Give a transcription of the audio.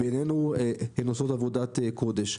הן עושות עבודת קודש.